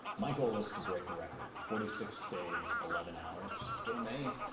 my goal is to break the record. forty-six days, eleven hours. let's go to maine.